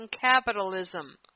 capitalism